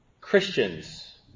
Christians